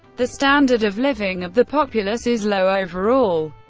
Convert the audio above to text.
the standard of living of the populace is low overall.